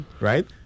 right